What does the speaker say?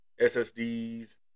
SSDs